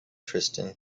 tristan